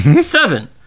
Seven